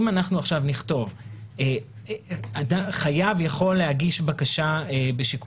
אם אנחנו עכשיו נכתוב שחייב יכול להגיש בקשה בשיקול דעת.